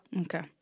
Okay